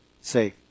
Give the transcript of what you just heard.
safe